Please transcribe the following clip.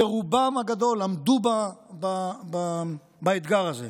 ברובם הגדול עמדו באתגר הזה,